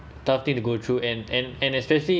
tough thing to go through and and and especially